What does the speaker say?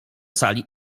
sali